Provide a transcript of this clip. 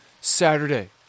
Saturday